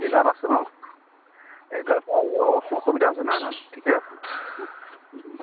আছে ন এই অসুবিধা আছেনি নাই নহয় ঠিকে আছে